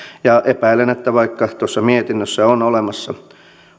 ja epäilen että vaikka tuossa mietinnössä on olemassa